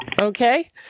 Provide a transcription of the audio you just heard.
Okay